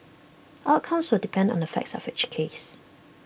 outcomes will depend on the facts of each case